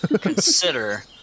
Consider